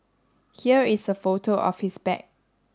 here is a photo of his bag